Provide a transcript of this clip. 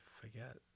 forget